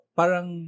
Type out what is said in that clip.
parang